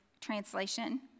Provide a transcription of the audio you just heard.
translation